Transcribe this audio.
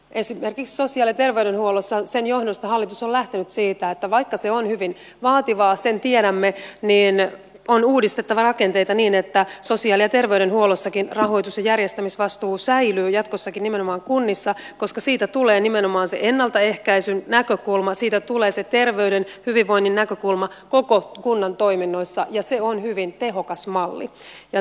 esimerkiksi sosiaali ja terveydenhuollossa sen johdosta hallitus on lähtenyt siitä että vaikka se on hyvin vaativaa sen tiedämme niin on uudistettava rakenteita niin että sosiaali ja terveydenhuollossakin rahoitus ja järjestämisvastuu säilyy jatkossakin nimenomaan kunnissa koska siitä tulee nimenomaan se ennaltaehkäisyn näkökulma siitä tulee se terveyden hyvinvoinnin näkökulma koko kunnan toiminnoissa ja se on hyvin tehokas malli